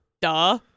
Duh